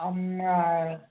అమ్మా